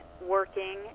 working